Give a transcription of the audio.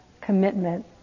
commitment